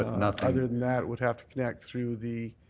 other than that it would have to connect through the